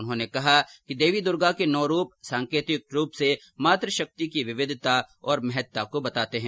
उन्होंने कहा कि देवी दुर्गा के नौ रूप सांकेतिक रूप से मात शक्ति की विविधता और महत्ता को बताते हैं